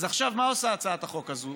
עכשיו, מה עושה הצעת החוק הזאת?